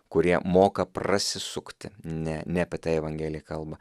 kurie moka prasisukti ne ne apie tai evangelija kalba